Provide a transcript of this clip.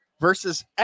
versus